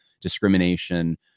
discrimination